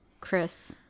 chris